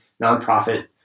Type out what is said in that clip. nonprofit